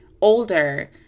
older